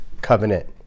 covenant